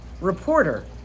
reporter